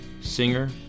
singer